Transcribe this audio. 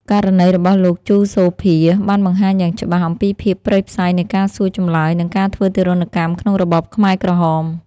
ករណីរបស់លោក ជូ សូភា បានបង្ហាញយ៉ាងច្បាស់អំពីភាពព្រៃផ្សៃនៃការសួរចម្លើយ និងការធ្វើទារុណកម្មក្នុងរបបខ្មែរក្រហម។